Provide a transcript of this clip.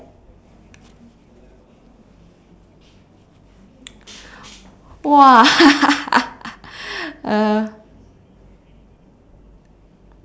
!wah! uh